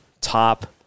top